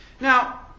Now